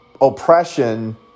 oppression